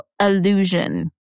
illusion